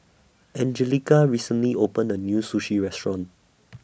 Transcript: Anjelica recently opened A New Sushi Restaurant